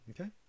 Okay